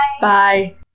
Bye